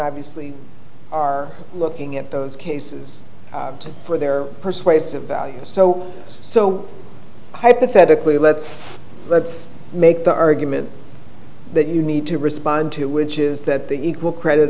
obviously are looking at those cases for their persuasive value so so hypothetically let's let's make the argument that you need to respond to which is that the equal credit